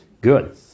Good